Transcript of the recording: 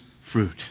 fruit